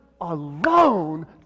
alone